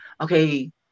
okay